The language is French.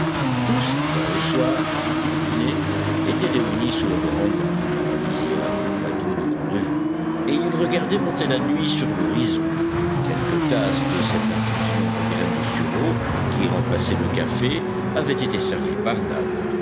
tous vers le soir après dîner étaient réunis sous la véranda à la lisière du plateau de grande vue et ils regardaient monter la nuit sur l'horizon quelques tasses de cette infusion de graines de sureau qui remplaçaient le café avaient été servies par nab